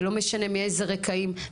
ולא משנה מאיזה רקעים,